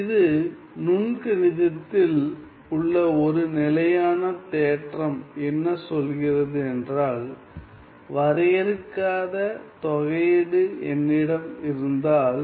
இது நுண் கணிதத்தில் உள்ள ஒரு நிலையான தேற்றம் என்ன சொல்கிறது என்றால் வரையறுக்காத தொகையீடு என்னிடம் இருந்தால்